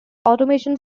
automation